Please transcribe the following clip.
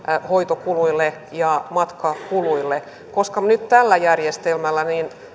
hoitokuluille ja matkakuluille koska nyt tällä järjestelmällä